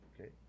Okay